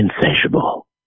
insatiable